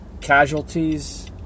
casualties